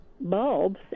bulbs